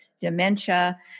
dementia